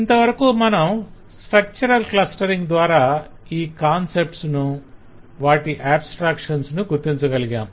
ఇంతవరకు మనం structural clustering ద్వార ఈ కాన్సెప్ట్స్ ను వాటి ఆబ్స్త్రాక్షన్స్ ను గుర్తించగలిగాం